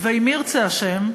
ואם ירצה השם,